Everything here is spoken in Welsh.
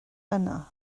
yna